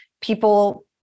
People